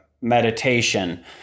meditation